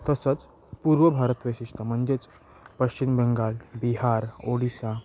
तसंच पूर्व भारत वैशिष्ट्य म्हणजेच पश्चिम बंगाल बिहार ओडिसा